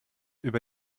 über